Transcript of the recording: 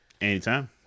Anytime